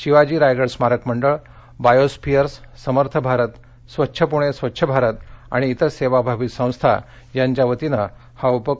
शिवाजी रायगड स्मारक मंडळ बायोस्फिअर्स समर्थ भारत स्वच्छ पुणे स्वच्छ भारत आणि इतर सेवाभावी संस्था यांच्या वतीनं हा उपक्रम आयोजित करण्यात आला